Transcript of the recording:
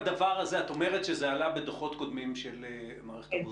את אומרת שזה עלה בדוחות קודמים של מערכת הבריאות.